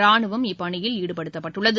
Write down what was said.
ராணுவம் இப்பணியில் ஈடுபடுத்தப்பட்டுள்ளது